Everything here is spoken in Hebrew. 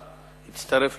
אני מודה לך.